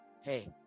Hey